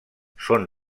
són